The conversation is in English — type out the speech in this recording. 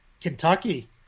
Kentucky